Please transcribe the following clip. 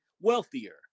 wealthier